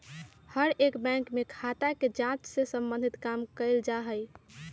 हर एक बैंक में खाता के जांच से सम्बन्धित काम कइल जा हई